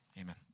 Amen